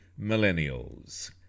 millennials